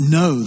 no